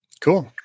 Cool